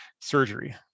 Surgery